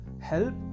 help